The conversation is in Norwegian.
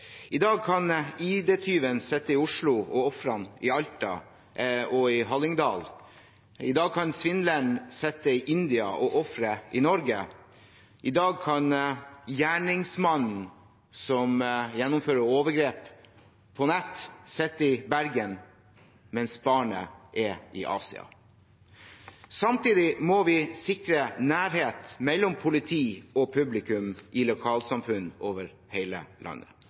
I dag kan ID-tyven sitte i Oslo og ofrene i Alta og i Hallingdal. I dag kan svindleren sitte i India og offeret i Norge. I dag kan gjerningsmannen som gjennomfører overgrep på nett, sitte i Bergen mens barnet er i Asia. Samtidig må vi sikre nærhet mellom politi og publikum i lokalsamfunn over hele landet.